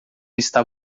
está